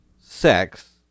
sex